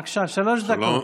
בבקשה, שלוש דקות.